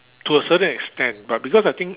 to a certain extent but because I think